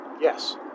Yes